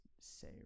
say